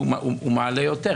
והוא מעלה יותר,